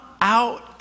out